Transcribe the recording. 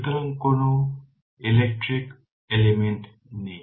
সুতরাং কোন বৈদ্যুতিক উপাদান নেই